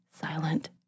silent